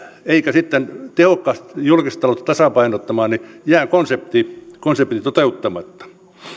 sitten tehokkaasti julkista taloutta tasapainottamaan niin jää konsepti konsepti toteuttamatta